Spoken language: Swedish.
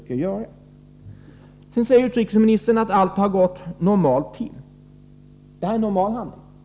Utrikesministern säger sedan att allt har gått normalt till, att det här är en normal handläggning.